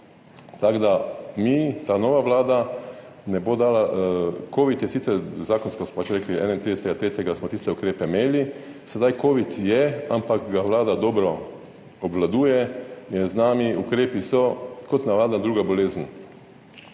Tako da mi, ta nova vlada ne bo dala – covid je sicer, zakonsko smo pač rekli, do 31. 3. smo tiste ukrepe imeli, sedaj covid je, ampak ga Vlada dobro obvladuje in znani ukrepi so kot za navadno drugo bolezen.